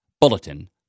Bulletin